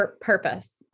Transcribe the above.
Purpose